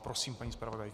Prosím, paní zpravodajko.